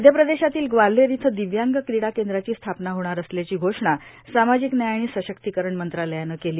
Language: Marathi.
मध्य प्रदेशातील ग्वालेहर इथं दिव्यांग क्रिडा केंद्राची स्थापना होणार असल्याची घोषणा सामाजिक न्याय आणि सशक्तीकरण मंत्रालयानं केली